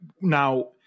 now